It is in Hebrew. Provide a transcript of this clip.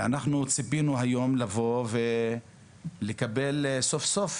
אנחנו ציפינו לבוא היום ולקבל סוף-סוף